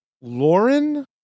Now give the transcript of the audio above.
Lauren